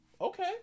okay